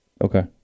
Okay